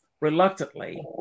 reluctantly